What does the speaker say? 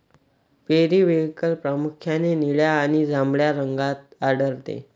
periwinkle प्रामुख्याने निळ्या आणि जांभळ्या रंगात आढळते